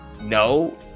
no